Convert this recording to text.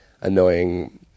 annoying